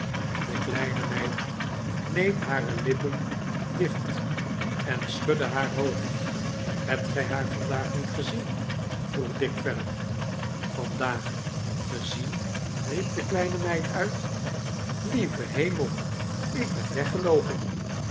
de kleine meid kneep hare lippen dicht en schudde haar hoofd hebt gij haar vandaag niet gezien vroeg dick verder vandaag gezien riep de kleine meid uit lieve hemel ik ben weggeloopen